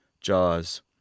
Jaws